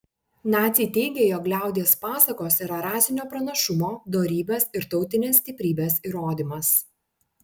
naciai teigė jog liaudies pasakos yra rasinio pranašumo dorybės ir tautinės stiprybės įrodymas